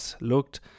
looked